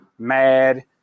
Mad